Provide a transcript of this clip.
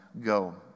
go